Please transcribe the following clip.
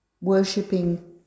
Worshipping